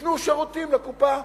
ייתנו שירותים לקופה,